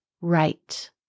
right